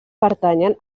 pertanyen